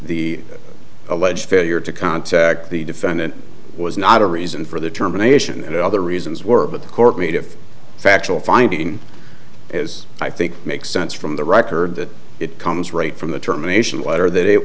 the alleged failure to contact the defendant was not a reason for the terminations and other reasons were but the court made if factual finding as i think makes sense from the record that it comes right from the termination letter that it